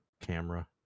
camera